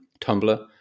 tumblr